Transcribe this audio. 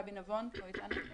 גבי נבון, הוא איתנו.